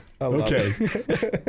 okay